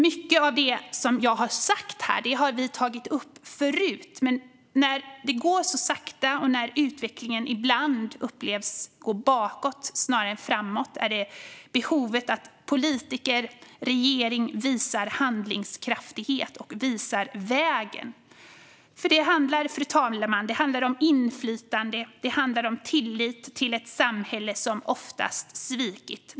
Mycket av det som jag har sagt här har vi tagit upp förut, men när det går så sakta och när utvecklingen ibland upplevs gå bakåt snarare än framåt finns det behov av att politiker och regering visar handlingskraft och visar vägen. Fru talman! Det handlar om inflytande. Det handlar om tillit till ett samhälle som oftast svikit.